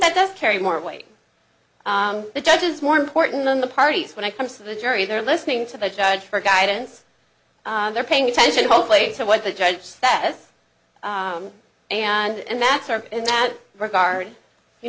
that does carry more weight the judge is more important on the parties when it comes to the jury they're listening to the judge for guidance they're paying attention hopefully to what the judge says and that's sort of in that regard you